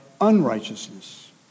unrighteousness